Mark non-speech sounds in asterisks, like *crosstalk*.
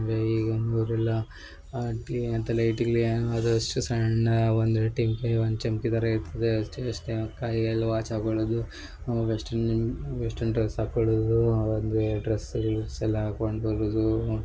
ಈಗ ಅವರೆಲ್ಲ *unintelligible* ತಲೆ ಇಟ್ಟಿಲಿ ಅದು ಅಷ್ಟು ಸಣ್ಣ *unintelligible* ಒಂದು ಚಮ್ಕಿ ಥರ ಇರ್ತದೆ *unintelligible* ಕೈಯಲ್ಲಿ ವಾಚ್ ಹಾಕೊಳುದು ವೆಸ್ಟರ್ನ್ ವೆಸ್ಟರ್ನ್ ಡ್ರಸ್ ಹಾಕೊಳ್ಳುದು ಆ ಒಂದು ಡ್ರಸ್ *unintelligible* ಹಾಕೊಂಡು ಬರುದು